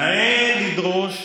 נאה לדרוש,